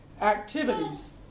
activities